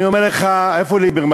אני אומר לך, איפה ליברמן?